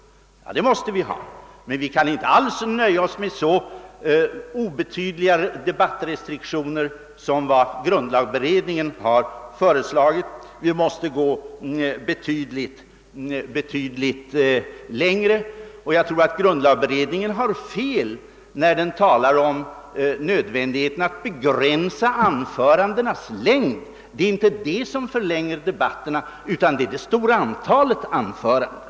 Ja, det måste vi ha, men vi kan inte nöja oss med så obetydliga debattrestriktioner som dem = vilka grundlagberedningen har föreslagit. Vi måste gå betydligt längre. Jag tror att grundlagberedningen har fel när den talar om nödvändigheten att begränsa anförandenas längd. Det är inte detta som förlänger debatterna utan det är det stora antalet anföranden.